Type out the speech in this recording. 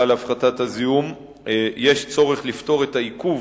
להפחתת הזיהום יש צורך לפתור את העיכוב